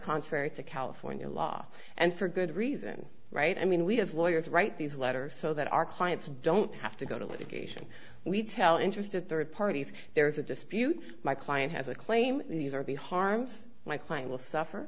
contrary to california law and for good reason right i mean we have lawyers write these letters so that our clients don't have to go to litigation we tell interested third parties there is a dispute my client has a claim these are the harms my client will suffer